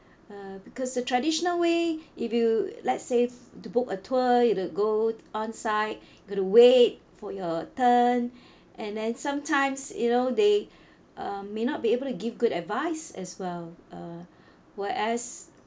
uh because the traditional way if you let's say to book a tour you need go on site got to wait for your turn and then sometimes you know they um may not be able to give good advice as well uh whereas